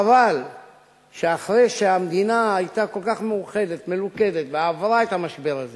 חבל שאחרי שהמדינה היתה כל כך מאוחדת ומלוכדת ועברה את המשבר הזה